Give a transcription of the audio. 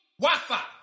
Wi-Fi